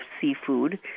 seafood